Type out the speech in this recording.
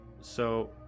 so-